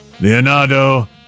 Leonardo